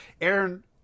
Aaron